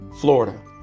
florida